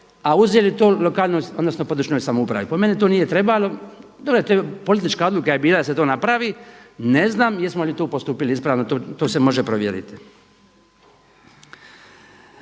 a uzeli to lokalnoj odnosno područnoj samoupravi. Po meni to nije trebalo. Dobro, politička odluka je bila da se to napravi. Ne znam jesmo li tu postupili ispravno, to se može provjeriti.